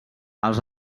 els